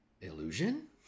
illusion